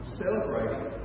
celebrating